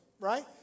right